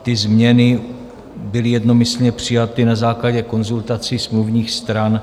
Ty změny byly jednomyslně přijaty na základě konzultací smluvních stran.